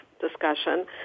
discussion